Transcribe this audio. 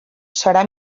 serà